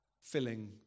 filling